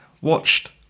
watched